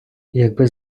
якби